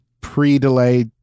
pre-delay